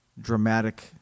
dramatic